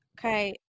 Okay